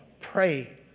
pray